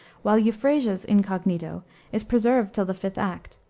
while euphrasia's incognito is preserved till the fifth act,